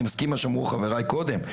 אני מסכים עם מה שאמרו חבריי קודם,